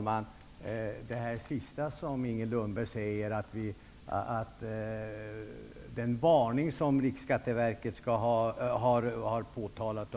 Herr talman! Inger Lundberg sade att Riksskatteverket har varnat